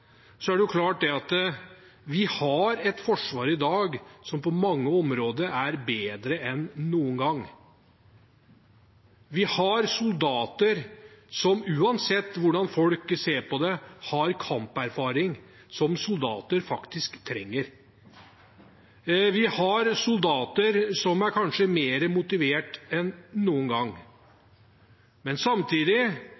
det er klart at vi har et forsvar i dag som på mange områder er bedre enn noen gang. Vi har soldater som – uansett hvordan folk ser på det – har kamperfaring, som soldater faktisk trenger. Vi har soldater som kanskje er mer motiverte enn noen gang.